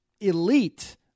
elite